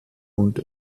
und